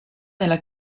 nella